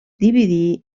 dividí